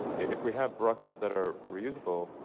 if we have rockets that are reusable,